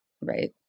right